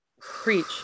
Preach